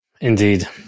Indeed